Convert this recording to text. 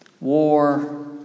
war